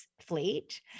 Fleet